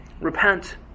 repent